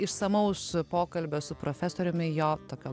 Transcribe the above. išsamaus pokalbio su profesoriumi jo tokio